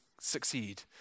succeed